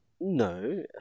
no